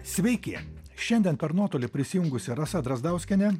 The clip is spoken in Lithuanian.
sveiki šiandien per nuotolį prisijungusi rasa drazdauskiene